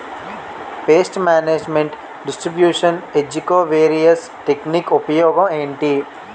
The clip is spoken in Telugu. పేస్ట్ మేనేజ్మెంట్ డిస్ట్రిబ్యూషన్ ఏజ్జి కో వేరియన్స్ టెక్ నిక్ ఉపయోగం ఏంటి